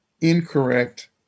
incorrect